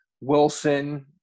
Wilson